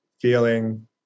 feeling